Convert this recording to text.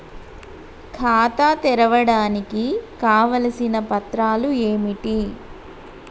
ఖాతా తెరవడానికి కావలసిన పత్రాలు ఏమిటి?